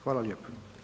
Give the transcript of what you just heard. Hvala lijepo.